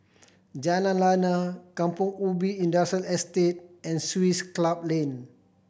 Jalan Lana Kampong Ubi Industrial Estate and Swiss Club Lane